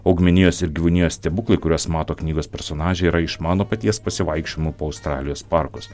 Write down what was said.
augmenijos ir gyvūnijos stebuklai kuriuos mato knygos personažai yra iš mano paties pasivaikščiojimų po australijos parkus